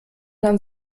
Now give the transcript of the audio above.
man